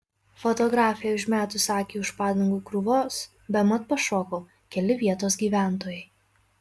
fotografei užmetus akį už padangų krūvos bemat pašoko keli vietos gyventojai